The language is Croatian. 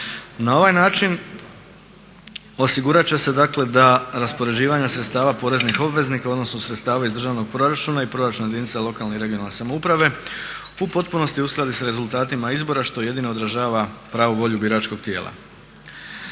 Na ovaj način osigurat će se dakle da raspoređivanje sredstava poreznih obveznika odnosno sredstava iz državnog proračuna i proračuna jedinica lokalne i regionalne samouprave u potpunosti uskladi s rezultatima izbora što jedino odražava pravu volju biračkog tijela.